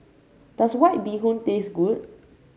does White Bee Hoon taste good